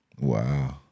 Wow